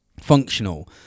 functional